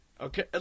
Okay